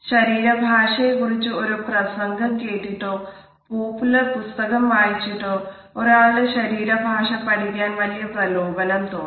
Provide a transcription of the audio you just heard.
ശരീര ഭാഷയെ കുറിച് ഒരു പ്രസംഗം കേട്ടിട്ടോ പോപ്പുലർ പുസ്തകം വായിച്ചിട്ടോ ഒരാളുടെ ശരീര ഭാഷ പഠിക്കാൻ വല്യ പ്രലോഭനം തോന്നാം